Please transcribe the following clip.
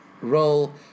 role